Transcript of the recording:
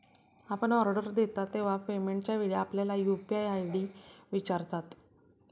आपण ऑर्डर देता तेव्हा पेमेंटच्या वेळी आपल्याला यू.पी.आय आय.डी विचारतील